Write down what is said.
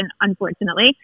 unfortunately